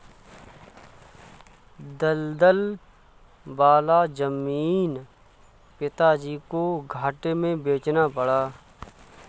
दलदल वाला जमीन पिताजी को घाटे में बेचना पड़ा